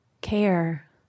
care